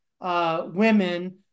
women